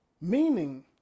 Meaning